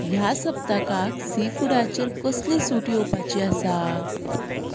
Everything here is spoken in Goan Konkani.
ह्या सप्तकाक सी फुडाचेर कसली सूट येवपाची आसा